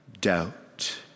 doubt